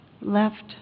left